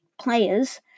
players